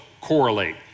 correlate